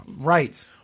Right